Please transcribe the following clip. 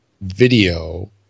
video